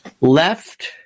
left